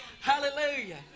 Hallelujah